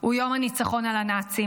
הוא יום הניצחון על הנאצים,